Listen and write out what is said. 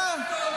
מה את אומרת?